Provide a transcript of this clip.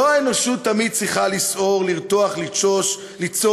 לא, האנושות תמיד צריכה לסעור, לרתוח, לתסוס.